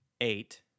eight